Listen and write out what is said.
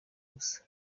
gusa